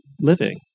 living